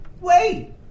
Wait